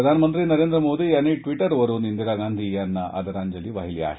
प्रधानमंत्री नरेंद्र मोदी यांनी ट्विटरवरुन इंदिरा गांधी यांना आदरांजली वाहिली आहे